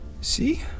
see